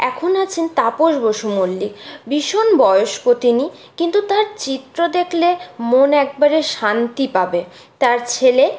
এখন আছেন তাপস বসু মল্লিক ভীষণ বয়স্ক তিনি কিন্তু তার চিত্র দেখলে মন একবারে শান্তি পাবে তার ছেলে